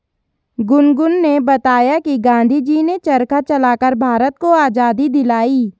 गुनगुन ने बताया कि गांधी जी ने चरखा चलाकर भारत को आजादी दिलाई